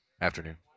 afternoon